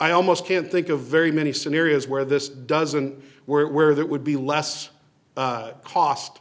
i almost can't think of very many scenarios where this doesn't where that would be less cost